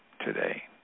today